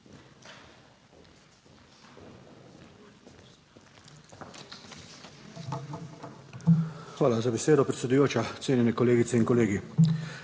Hvala za besedo predsedujoča. Cenjene kolegice in kolegi.